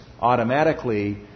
automatically